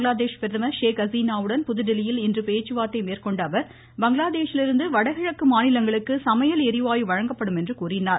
பங்களாதேஷ் பிரதமர் ஷேக் ஹசீனாவுடன் புதுதில்லியில் இன்று பேச்சுவார்த்தை மேற்கொண்ட அவர் பங்களாதேஷ் லிருந்து வடகிழக்கு மாநிலங்களுக்கு சமையல் எரிவாயு வழங்கப்படும் என்றார்